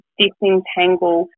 disentangle